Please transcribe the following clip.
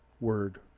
word